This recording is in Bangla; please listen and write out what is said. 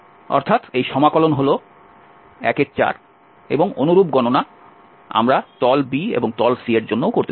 সুতরাং এই সমাকলন হল 14 এবং অনুরূপ গণনা আমরা তল B এবং তল C এর জন্যও করতে পারি